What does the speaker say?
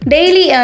Daily